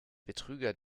betrüger